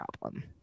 problem